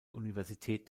universität